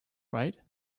right